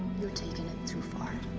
you're taking it too far.